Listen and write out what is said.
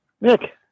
Nick